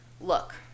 look